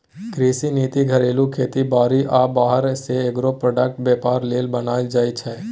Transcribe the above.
कृषि नीति घरेलू खेती बारी आ बाहर सँ एग्रो प्रोडक्टक बेपार लेल बनाएल जाइ छै